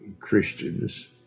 Christians